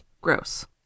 Gross